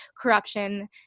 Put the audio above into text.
corruption